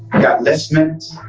got less minutes.